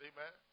Amen